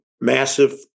massive